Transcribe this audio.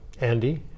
Andy